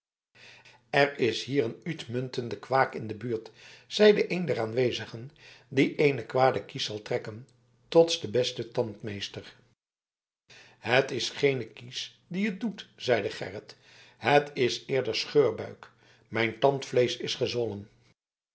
er is hier een uitmuntende quack in de buurt zeide een der aanwezigen die een kwade kies zal trekken trots den besten tandmeester het is geen kies die het doet zeide gerrit het is eerder scheurbuik mijn tandvleesch is gezwollen